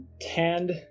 tanned